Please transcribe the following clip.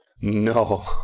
No